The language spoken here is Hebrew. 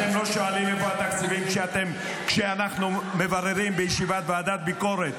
אתם לא שואלים איפה התקציבים כשאנחנו מבררים בישיבת ועדת ביקורת